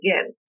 again